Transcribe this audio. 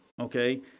okay